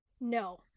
no